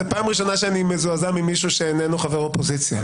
זו פעם ראשונה שאני מזועזע ממישהו שהוא לא חבר אופוזיציה.